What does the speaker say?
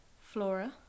Flora